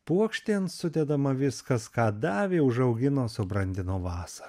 puokštė sudedama viskas ką davė užaugino subrandino vasarą